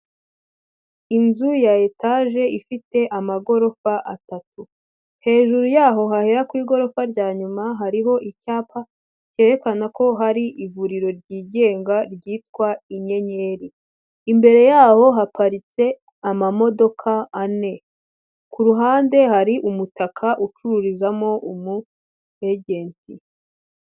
Inzu ya etaje ifite amagorofa atatu, hejuru yaho hahera ku igorofa ryayuma hariho icyapa, cyerekana ko hari ivuriro ryigenga ryitwa Inyenyeri, imbere yaho haparitse amamodoka ane, ku ruhande hari umutaka ucururizamo umuyejenti.